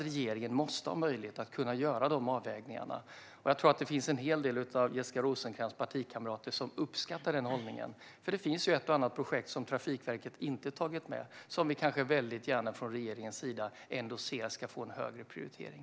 Regeringen måste ha möjlighet att göra de avvägningarna. Jag tror att det finns en hel del av Jessica Rosencrantz partikamrater som uppskattar den hållningen, för det finns ett och annat projekt som Trafikverket inte har tagit med som vi från regeringens sida kanske anser ska få en högre prioritering.